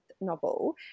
novel